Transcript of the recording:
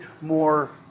more